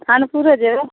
खानपुरे जेबै